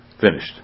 finished